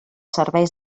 serveis